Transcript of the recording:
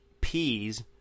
peas